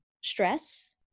Stress